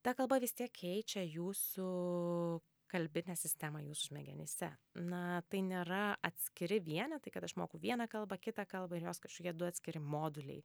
ta kalba vis tiek keičia jūsų kalbinę sistemą jūsų smegenyse na tai nėra atskiri vienetai kad aš moku vieną kalbą kitą kalbą ir jos kažkokie du atskiri moduliai